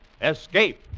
Escape